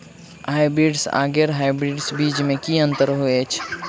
Hybrids आ गैर hybrids बीज म की अंतर होइ अछि?